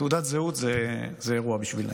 תעודת זהות היא אירוע בשבילם.